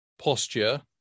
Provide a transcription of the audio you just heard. posture